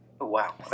Wow